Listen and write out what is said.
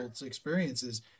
experiences